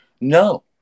no